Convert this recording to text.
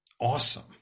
awesome